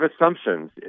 assumptions